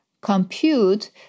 compute